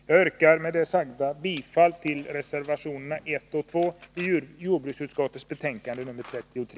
Jag yrkar med det sagda bifall till reservationerna 1 och 2 vid jordbruksutskottets betänkande 33.